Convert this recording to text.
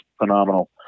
phenomenal